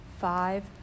five